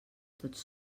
tots